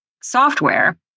software